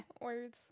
Words